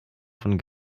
von